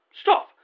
Stop